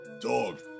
Dog